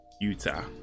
Utah